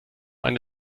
eine